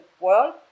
world